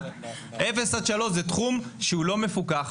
תחום שהוא לא מפוקח.